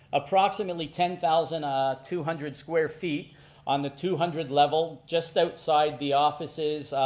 approximately ten thousand ah two hundred square feet on the two hundred level just outside the offices,